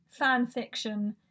fanfiction